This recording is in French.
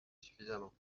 suffisamment